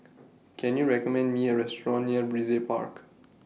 Can YOU recommend Me A Restaurant near Brizay Park